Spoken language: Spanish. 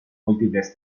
múltiples